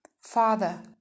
Father